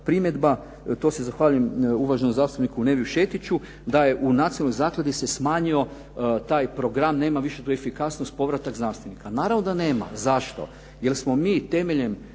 primjedba to se zahvaljujem uvaženom zastupniku Neviu Šetiću da je u nacionalnoj zakladi se smanjio taj program, nema više tu efikasnost povratak znanstvenika. Naravno da nema. Zašto? Jer smo mi temeljem